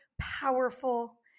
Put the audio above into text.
powerful